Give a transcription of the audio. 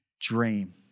dream